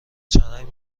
چرند